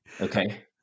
Okay